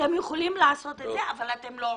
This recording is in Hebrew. אתם יכולים לעשות את זה אבל אתם לא עושים.